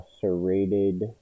serrated